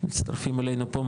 מצטרפים אלינו פה,